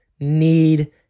need